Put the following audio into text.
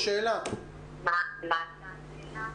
מה הייתה השאלה?